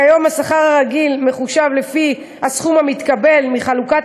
כיום השכר הרגיל מחושב לפי הסכום המתקבל מחלוקת